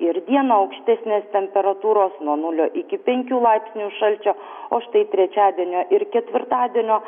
ir dieną aukštesnės temperatūros nuo nulio iki penkių laipsnių šalčio o štai trečiadienio ir ketvirtadienio